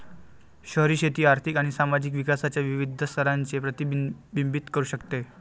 शहरी शेती आर्थिक आणि सामाजिक विकासाच्या विविध स्तरांचे प्रतिबिंबित करू शकते